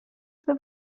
that